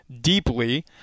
deeply